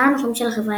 מחיריה הנוחים של החברה,